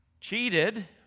cheated